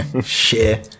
share